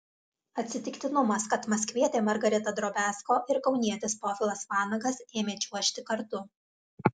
atsitiktinumas kad maskvietė margarita drobiazko ir kaunietis povilas vanagas ėmė čiuožti kartu